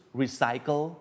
recycle